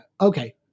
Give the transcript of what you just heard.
Okay